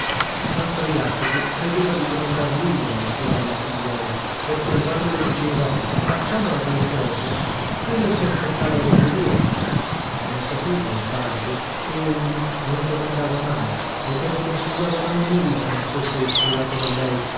mastro jacopo credeva di comandar lui alla sua bella figliuola perchè quando le diceva facciamo la tal cosa ella si affrettava ad obbedirgli e non sapeva il babbo che egli non comandava mai e che non consigliava mai nulla che non fosse ispirato da lei